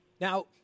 Now